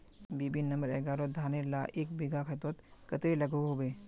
BB number एगारोह धानेर ला एक बिगहा खेतोत कतेरी लागोहो होबे?